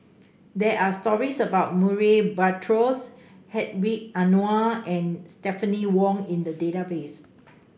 there are stories about Murray Buttrose Hedwig Anuar and Stephanie Wong in the database